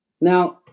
Now